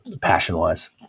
passion-wise